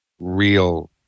real